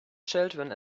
children